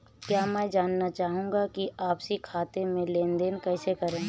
मैं जानना चाहूँगा कि आपसी खाते में लेनदेन कैसे करें?